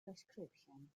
prescription